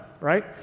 right